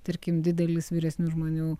tarkim didelis vyresnių žmonių